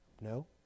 No